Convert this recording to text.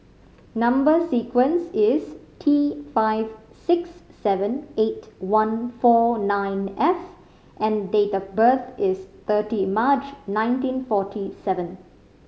number sequence is T five six seven eight one four nine F and date of birth is thirty March nineteen forty seven